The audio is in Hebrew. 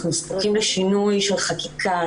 אנחנו זקוקים לשינוי של חקיקה.